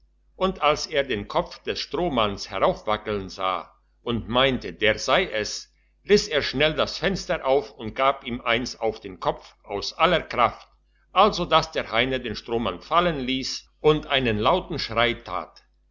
und als er den kopf des strohmanns heraufwackeln sah und meinte der sei es riss er schnell das fenster auf und gab ihm eins auf den kopf aus aller kraft also dass der heiner den strohmann fallen liess und einen lauten schrei tat